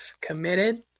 committed